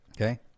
Okay